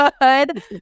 good